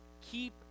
keep